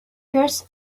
course